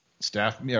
Staff